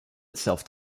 itself